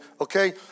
okay